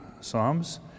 Psalms